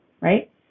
Right